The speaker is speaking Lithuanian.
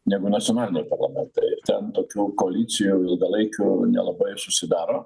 negu nacionaliniai parlamentai ten tokių koalicijų ilgalaikių nelabai ir susidaro